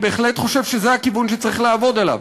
אני בהחלט חושב שזה הכיוון שצריך לעבוד עליו.